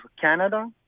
Canada